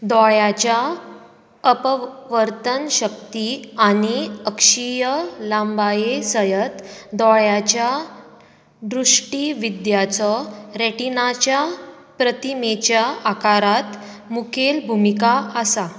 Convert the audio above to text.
दोळ्याच्या अपवर्तन शक्ती आनी अक्षीय लांबाये सयत दोळ्याच्या दृश्टीविद्याचो रॅटिनाच्या प्रतिमेच्या आकारात मुखेल भुमिका आसा